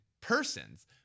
persons